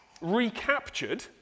recaptured